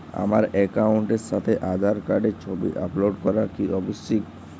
আমার অ্যাকাউন্টের সাথে আধার কার্ডের ছবি আপলোড করা কি আবশ্যিক?